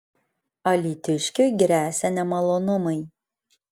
alytiškiui gresia nemalonumai